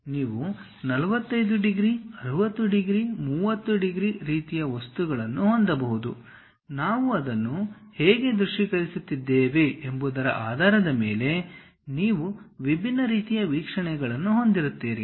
ನೀವು 45 degree 60 degree 30 degree ರೀತಿಯ ವಸ್ತುಗಳನ್ನು ಹೊಂದಬಹುದು ನಾವು ಅದನ್ನು ಹೇಗೆ ದೃಶ್ಯೀಕರಿಸುತ್ತಿದ್ದೇವೆ ಎಂಬುದರ ಆಧಾರದ ಮೇಲೆ ನೀವು ವಿಭಿನ್ನ ರೀತಿಯ ವೀಕ್ಷಣೆಗಳನ್ನು ಹೊಂದಿರುತ್ತೀರಿ